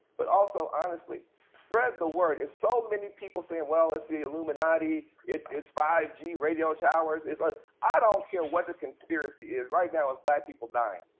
but also, honestly spread the word. it's so many people saying well it's the illuminati. it's it's five g radio showers, it's. ah i don't care what the conspiracy is. right now it's black people dying.